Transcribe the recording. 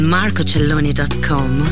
MarcoCelloni.com